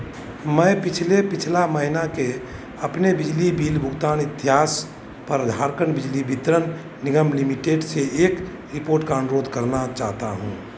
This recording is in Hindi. मैं पिछले पिछला महीना के अपने बिजली बिल भुगतान इतिहास पर झारखंड बिजली वितरण निगम लिमिटेड से एक रिपोर्ट का अनुरोध करना चाहता हूँ